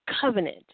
covenant